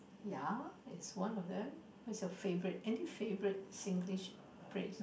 ya is one of them what's your favorite any favorite Singlish phrase